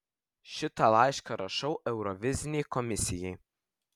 šitą laišką rašau eurovizinei komisijai